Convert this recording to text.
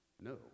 no